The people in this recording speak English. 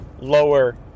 lower